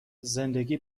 زندگی